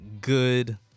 good